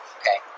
okay